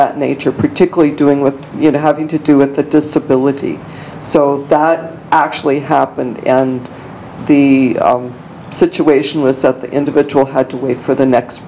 that nature particularly doing with you know having to do with the disability so actually happened and the situation was that the individual had to wait for the next